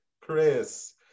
Chris